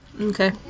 Okay